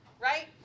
right